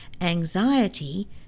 anxiety